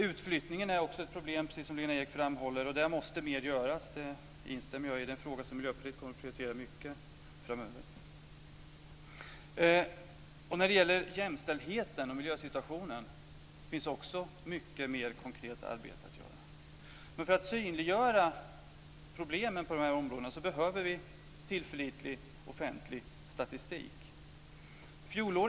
Utflyttningen är också ett problem, precis som Lena Ek framhåller, och där måste mer göras. Det instämmer jag i. Det är en fråga som Miljöpartiet kommer att prioritera högt framöver. När det gäller jämställdheten och miljösituationen finns också mycket mer konkret arbete att göra. Men för att synliggöra problemen på dessa områden behöver vi tillförlitlig offentlig statistik.